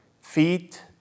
Feet